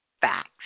Facts